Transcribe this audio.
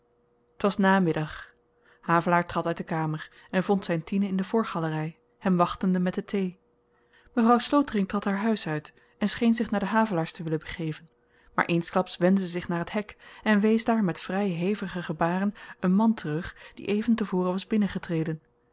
t was namiddag havelaar trad uit de kamer en vond zyn tine in de voorgalery hem wachtende met de thee mevrouw slotering trad haar huis uit en scheen zich naar de havelaars te willen begeven maar eensklaps wendde zy zich naar t hek en wees daar met vry hevige gebaren een man terug die even te voren was